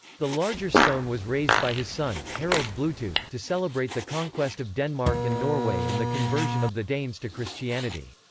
the larger stone was raised by his son, harald bluetooth, to celebrate the conquest of denmark and norway and the conversion of the danes to christianity.